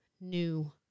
new